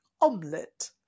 Omelette